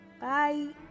Bye